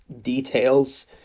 details